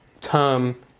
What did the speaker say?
term